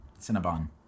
Cinnabon